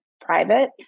private